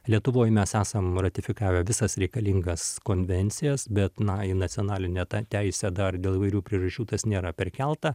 lietuvoj mes esam ratifikavę visas reikalingas konvencijas bet na į nacionalinę teisę dar dėl įvairių priežasčių tas nėra perkelta